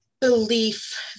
Belief